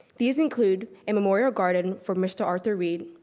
these include a memorial garden for mr. arthur reed,